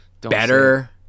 better